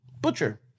Butcher